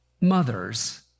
Mothers